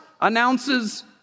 announces